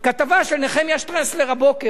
כתבה של נחמיה שטרסלר מהבוקר,